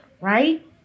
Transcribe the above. Right